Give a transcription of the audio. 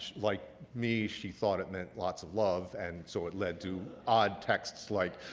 like me, she thought it meant lots of love. and so it led to odd texts like,